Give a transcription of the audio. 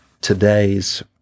today's